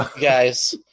guys